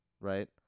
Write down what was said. right